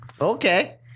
Okay